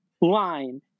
line